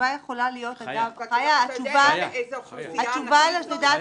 אתה יודע איזו אוכלוסייה ענקית זאת?